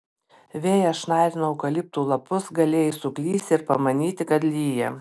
vėjas šnarino eukaliptų lapus galėjai suklysti ir pamanyti kad lyja